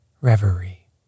reverie